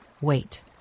wait